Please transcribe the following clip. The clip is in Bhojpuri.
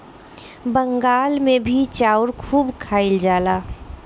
बंगाल मे भी चाउर खूब खाइल जाला